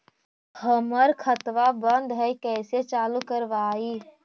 हमर खतवा बंद है कैसे चालु करवाई?